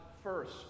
First